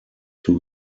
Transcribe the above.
two